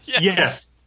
Yes